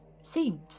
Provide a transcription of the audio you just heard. seemed